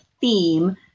theme